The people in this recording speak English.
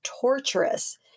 torturous